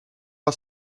are